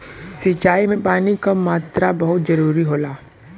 सिंचाई में पानी क मात्रा बहुत जरूरी होला